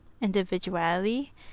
individuality